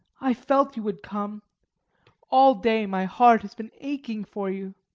i felt you would come all day my heart has been aching for you.